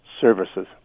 services